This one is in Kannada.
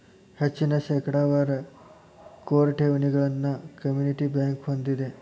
ಹೆಚ್ಚಿನ ಶೇಕಡಾವಾರ ಕೋರ್ ಠೇವಣಿಗಳನ್ನ ಕಮ್ಯುನಿಟಿ ಬ್ಯಂಕ್ ಹೊಂದೆದ